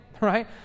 right